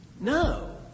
No